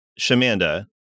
Shamanda